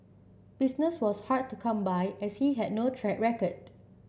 business was hard to come by as he had no track record